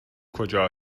کجا